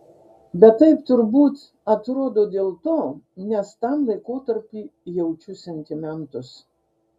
bet taip turbūt atrodo dėl to nes tam laikotarpiui jaučiu sentimentus